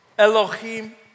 Elohim